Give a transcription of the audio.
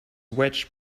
wedge